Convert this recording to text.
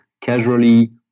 casually